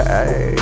Hey